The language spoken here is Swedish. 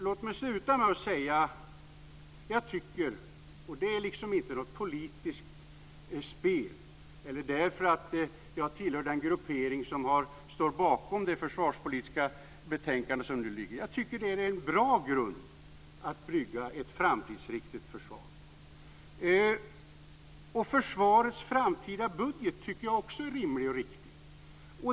Låt mig avsluta med att säga att jag tycker - och det är inte något politiskt spel eller därför att jag tillhör den gruppering som står bakom det försvarspolitiska betänkande som nu ligger - att detta är en bra grund att bygga ett framtidsriktigt försvar. Försvarets framtida budget tycker jag också är rimlig och riktig.